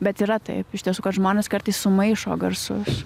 bet yra taip iš tiesų kad žmonės kartais sumaišo garsus